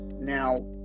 Now